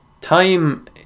time